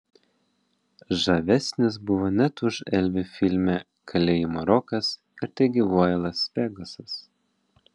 žavesnis buvo net už elvį filme kalėjimo rokas ir tegyvuoja las vegasas